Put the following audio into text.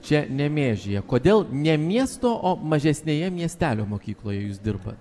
čia nemėžyje kodėl ne miesto o mažesnėje miestelio mokykloje jūs dirbat